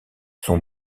sont